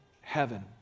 heaven